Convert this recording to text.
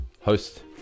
host